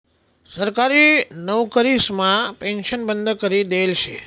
सरकारी नवकरीसमा पेन्शन बंद करी देयेल शे